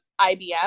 IBM